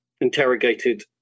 interrogated